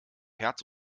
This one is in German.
herz